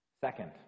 Second